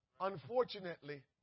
unfortunately